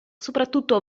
soprattutto